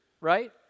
right